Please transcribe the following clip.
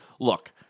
look